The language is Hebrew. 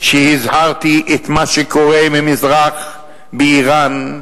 שהזהרתי את, מה שקורה ממזרח, באירן,